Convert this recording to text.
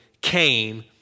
came